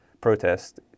protest